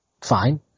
fine